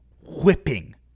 whipping